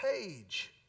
page